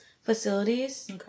facilities